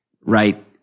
right